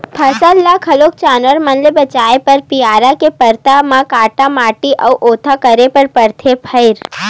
फसल ल घलोक जानवर मन ले बचाए बर बियारा के परदा म काटा माटी अउ ओधा करे बर परथे भइर